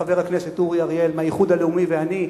חבר הכנסת אורי אריאל מהאיחוד הלאומי ואני,